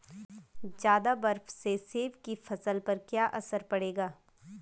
ज़्यादा बर्फ से सेब की फसल पर क्या असर पड़ेगा?